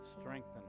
Strengthen